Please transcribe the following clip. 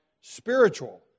spiritual